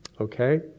Okay